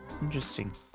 interesting